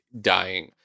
dying